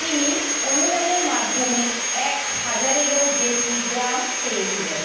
তিনি অনুদানের মাধ্যমে এক হাজারেরও বেশি গ্রাম পেয়েছিলেন